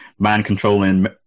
mind-controlling